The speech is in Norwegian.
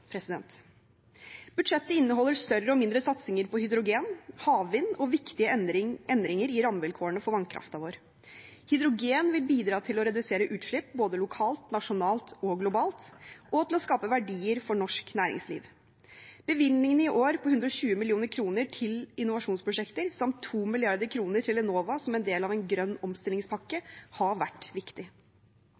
Budsjettet inneholder større og mindre satsinger på hydrogen, havvind og viktige endringer i rammevilkårene for vannkraften vår. Hydrogen vil bidra til å redusere utslipp både lokalt, nasjonalt og globalt og til å skape verdier for norsk næringsliv. Bevilgningene i år på 120 mill. kr til innovasjonsprosjekter samt 2 mrd. kr til Enova som en del av en grønn omstillingspakke, har vært viktig.